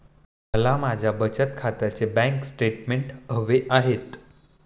मला माझ्या बचत खात्याचे बँक स्टेटमेंट्स हवे आहेत